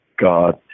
God